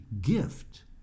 gift